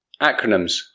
Acronyms